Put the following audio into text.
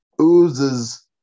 oozes